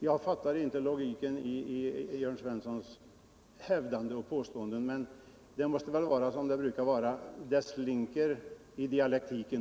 Jag fattar inte logiken i Jörn Svenssons påståenden, men det är väl så som det brukar vara — det slinter i dialektiken.